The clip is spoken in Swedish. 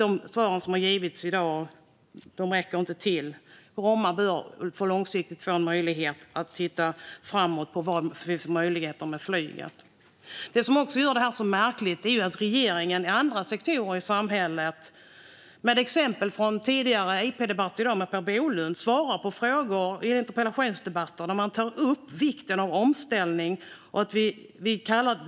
De svar som har givits i dag räcker inte till. Bromma bör långsiktigt få en möjlighet genom att man tittar framåt på vad det finns för möjligheter med flyget. Det som också gör det här så märkligt är att regeringen tar upp vikten av omställning när det gäller andra sektorer i samhället. Jag kan ta exempel från tidigare interpellationsdebatter i dag där Per Bolund svarade på frågor.